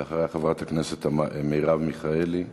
ואחריה, חברת הכנסת מרב מיכאלי.